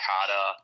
Kata